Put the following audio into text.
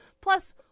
Plus